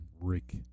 Rick